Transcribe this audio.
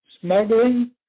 smuggling